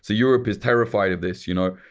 ah europe is terrified of this, you know.